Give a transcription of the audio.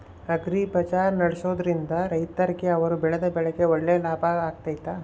Agri bazaar ನಡೆಸ್ದೊರಿಂದ ರೈತರಿಗೆ ಅವರು ಬೆಳೆದ ಬೆಳೆಗೆ ಒಳ್ಳೆ ಲಾಭ ಆಗ್ತೈತಾ?